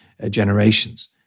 Generations